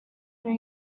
new